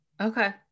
Okay